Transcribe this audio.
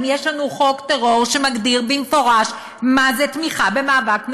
אם יש לנו חוק טרור שמגדיר במפורש מה זה תמיכה במאבק מזוין?